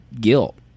guilt